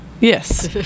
Yes